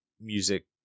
music